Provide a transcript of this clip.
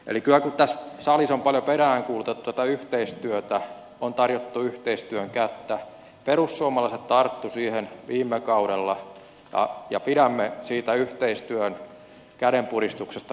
eli kyllä kun tässä salissa on paljon peräänkuulutettu tätä yhteistyötä on tarjottu yhteistyön kättä perussuomalaiset tarttuivat siihen viime kaudella ja pidämme siitä yhteistyön kädenpuristuksesta nyt kiinni